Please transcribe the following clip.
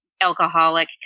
alcoholic